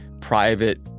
private